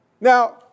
Now